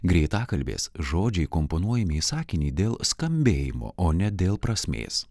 greitakalbės žodžiai komponuojami į sakinį dėl skambėjimo o ne dėl prasmės